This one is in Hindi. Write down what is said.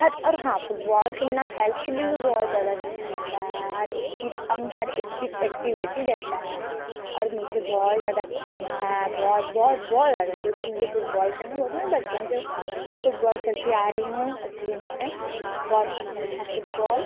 हर और हाँ फुटबॉल खेलना हेल्थ के लिए भी बहुत ज़्यादा अच्छा रहता है हर एक चीज अंग हर एक चीज एक्टिवेटी रहता है और मुझे बहुत ज़्यादा पसंद है बहुत बहुत बहुत ज़्यादा जो कि मुझे फुटबॉल खेलना और मैं बचपन से फुटबॉल खेलती आ रही हूँ इसलिए मुझे बहुत पसंद है फुटबॉल